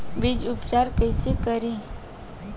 बीज उपचार कईसे करी?